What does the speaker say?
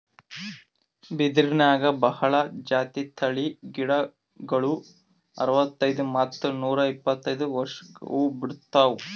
ಬಿದಿರ್ನ್ಯಾಗ್ ಭಾಳ್ ಜಾತಿ ತಳಿ ಗಿಡಗೋಳು ಅರವತ್ತೈದ್ ಮತ್ತ್ ನೂರ್ ಇಪ್ಪತ್ತೈದು ವರ್ಷ್ಕ್ ಹೂವಾ ಬಿಡ್ತಾವ್